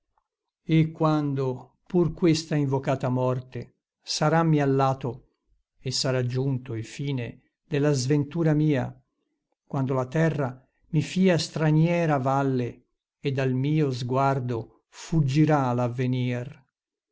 e quando pur questa invocata morte sarammi allato e sarà giunto il fine della sventura mia quando la terra i fia straniera valle e dal mio sguardo fuggirà l'avvenir